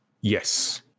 Yes